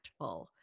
impactful